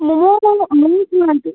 ମୁଁ ମୁଁ ମୁଁ ଶୁଣନ୍ତୁ